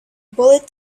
bullet